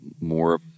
more